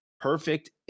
perfect